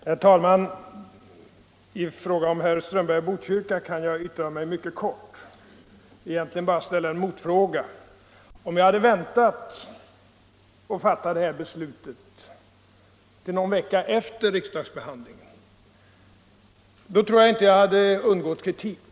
Herr talman! Till herr Strömberg i Botkyrka kan jag fatta mig mycket kort — egentligen bara ställa en motfråga. Om jag hade väntat med att fatta det här beslutet till någon vecka efter riksdagsbehandlingen av propositionen tror jag inte att jag hade undgått kritik.